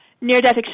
near-death